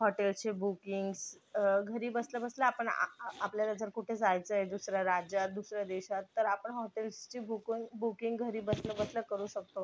हॉटेल्सचे bookings घरी बसल्याबसल्या आपण आ आ आपल्याला जर कुठे जायचं आहे दुसऱ्या राज्यात दुसऱ्या देशात तर आपण हॉटेल्सची बुकुन बुकिंग्स घरी बसल्याबसल्या करू शकतो